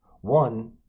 One